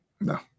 No